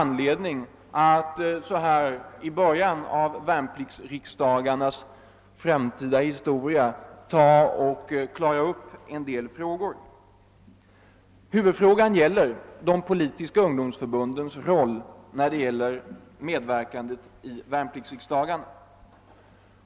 anledning att så här i början av värnpliktsriksdagarnas historia klara upp en del frågor. Huvudfrågan gäller de politiska ungdomsförbundens roll. och: medverkan i värnpliktsriksdagarna.